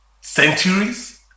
centuries